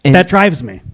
and that drives me.